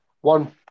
one